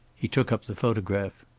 he took up the photograph.